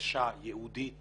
חדשה ייעודית